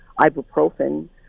ibuprofen